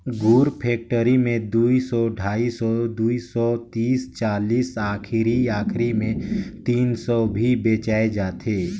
गुर फेकटरी मे दुई सौ, ढाई सौ, दुई सौ तीस चालीस आखिरी आखिरी मे तीनो सौ भी बेचाय जाथे